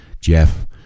Jeff